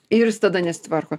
ir jis tada nesitvarko